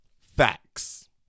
Facts